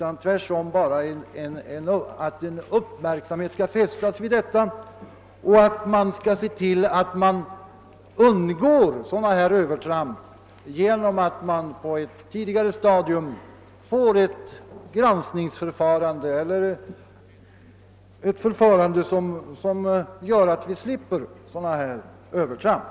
Avsikten var endast att fästa uppmärksamheten vid just dessa program i syfte att vi genom ett granskningsförfarande eller på annat sätt skulle slippa sådana övertramp.